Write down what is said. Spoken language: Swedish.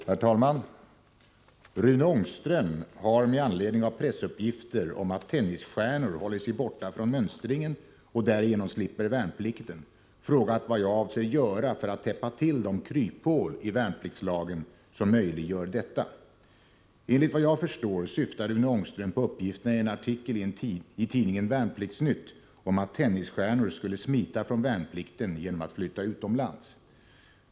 Herr talman! Rune Ångström har, med anledning av pressuppgifter om att tennisstjärnor håller sig borta från mönstringen och därigenom slipper värnplikten, frågat vad jag avser göra för att täppa till de kryphål i värnpliktslagen som möjliggör detta. Enligt vad jag förstår syftar Rune Ångström på uppgifterna i en artikel i tidningen Värnpliktsnytt om att tennisstjärnor skulle smita från värnplikten genom att flytta utomlands.